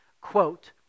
quote